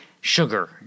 Sugar